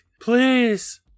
please